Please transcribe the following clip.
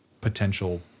potential